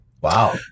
Wow